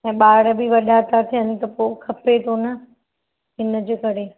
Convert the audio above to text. ऐं ॿार बि वॾा था थियनि त पोइ खपे थो न हिन जे करे